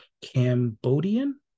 Cambodian